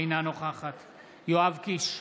אינה נוכחת יואב קיש,